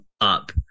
up